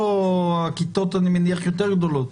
שהכיתות יותר גדולות.